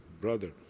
brother